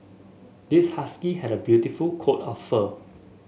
this husky has a beautiful coat of fur